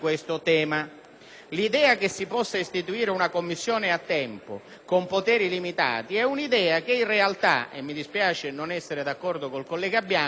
L'idea che si possa istituire una Commissione a tempo, con poteri limitati, in realtà cela un altro intento - mi dispiace non essere d'accordo con il collega Bianco